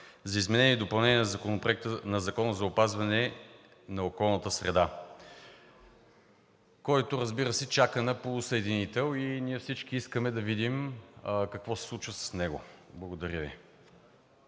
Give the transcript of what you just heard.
за изменение и допълнение на Закона за опазване на околната среда, който, разбира се, чака на полусъединител и ние всички искаме да видим какво се случва с него. Благодаря Ви.